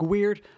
Weird